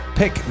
pick